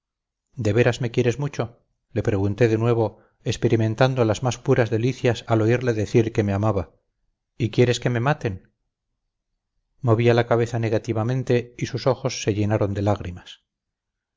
de veras me quieres mucho le pregunté de nuevo experimentando las más puras delicias al oírle decir que me amaba y quieres que me maten movía la cabeza negativamente y sus ojos se llenaron de lágrimas